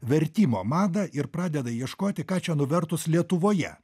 vertimo madą ir pradeda ieškoti ką čia nuvertus lietuvoje